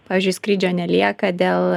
pavyzdžiui skrydžio nelieka dėl